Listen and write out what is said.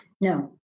No